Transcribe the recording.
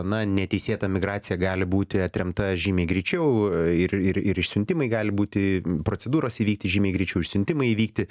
na neteisėta migracija gali būti atremta žymiai greičiau ir ir ir išsiuntimai gali būti procedūros įvykti žymiai greičiau išsiuntimai įvykti